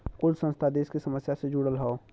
कुल संस्था देस के समस्या से जुड़ल होला